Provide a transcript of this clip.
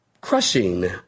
crushing